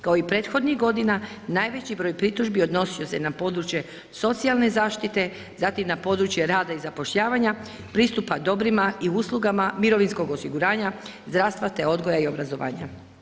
Kao i prethodnih godina najveći broj pritužbi odnosio se na područje socijalne zaštite, zatim na područje rada i zapošljavanja, pristupa dobrima i uslugama mirovinskog osiguranja, zdravstva te odgoja i obrazovanja.